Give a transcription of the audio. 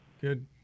Good